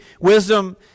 wisdom